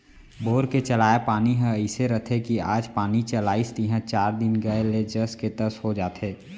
bore के चलाय पानी ह अइसे रथे कि आज पानी चलाइस तिहॉं चार दिन के गए ले जस के तस हो जाथे